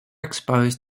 exposed